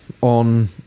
on